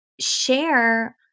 share